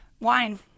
wine